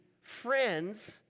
friends